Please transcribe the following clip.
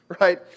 right